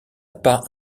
pas